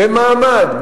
במעמד,